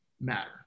matter